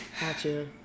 Gotcha